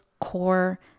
core